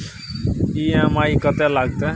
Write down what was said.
EMI कत्ते लगतै?